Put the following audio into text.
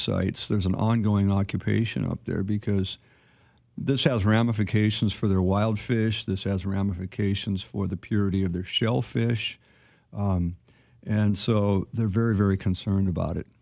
sites there's an ongoing occupation up there because this has ramifications for their wild fish this as ramifications for the purity of their shellfish and so they're very very concerned about it